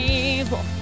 evil